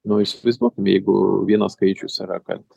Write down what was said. nu įsivaizduokim jeigu vienas skaičius yra kad